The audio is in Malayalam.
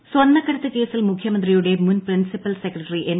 ശിവശങ്കർ സ്വർണ്ണക്കടത്ത് കേസിൽ മുഖ്യമന്ത്രിയുടെ മുൻ പ്രിൻസിപ്പൽ സെക്രട്ടറി എം